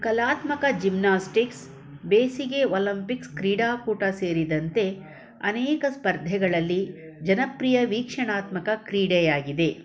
ಕಲಾತ್ಮಕ ಜಿಮ್ನಾಸ್ಟಿಕ್ಸ್ ಬೇಸಿಗೆ ಒಲಿಂಪಿಕ್ಸ್ ಕ್ರೀಡಾಕೂಟ ಸೇರಿದಂತೆ ಅನೇಕ ಸ್ಪರ್ಧೆಗಳಲ್ಲಿ ಜನಪ್ರಿಯ ವೀಕ್ಷಣಾತ್ಮಕ ಕ್ರೀಡೆಯಾಗಿದೆ